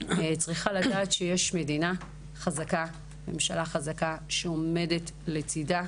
צריכה לדעת שיש מדינה חזקה וממשלה חזקה שעומדת לצידה,